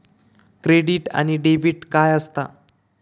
Credit आणि debit काय असता?